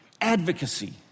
advocacy